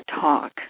talk